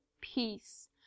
peace